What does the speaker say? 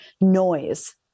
noise